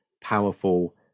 powerful